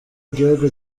igihugu